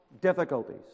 difficulties